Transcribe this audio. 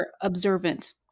observant